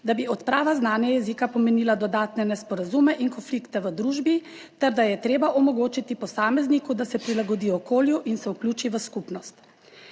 da bi odprava znanja jezika pomenila dodatne nesporazume in konflikte v družbi ter da je treba omogočiti posamezniku, da se prilagodi okolju in se vključi v skupnost.